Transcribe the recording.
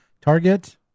Target